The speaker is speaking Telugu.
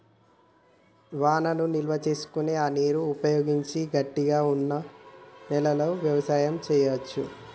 వానను నిల్వ చేసుకొని ఆ నీరును ఉపయోగించి గట్టిగ వున్నా నెలలో వ్యవసాయం చెయ్యవచు